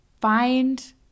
find